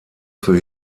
für